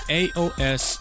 aos